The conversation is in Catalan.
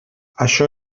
això